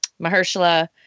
Mahershala